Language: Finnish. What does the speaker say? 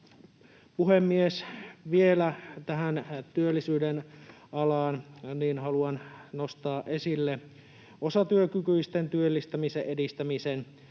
Puhemies! Vielä tähän työllisyyden alaan: Haluan nostaa esille osatyökykyisten työllistämisen edistämisen.